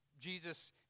Jesus